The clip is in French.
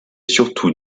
surtout